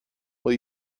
will